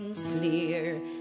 Clear